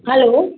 hello